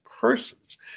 persons